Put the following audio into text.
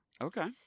Okay